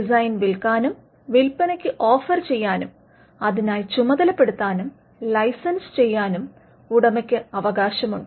design വിൽക്കാനും വില്പനയ്ക്ക് offer ചെയ്യാനും അതിനായി ചുമതലപ്പെടുത്താനും ലൈസൻസ് ചെയ്യാനും ഉടമയ്ക്ക് അവകാശമുണ്ട്